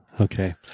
okay